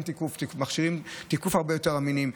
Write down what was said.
יש מכשירי תיקוף הרבה יותר אמינים.